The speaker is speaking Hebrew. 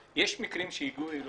עבד אל חכים חאג'